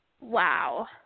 Wow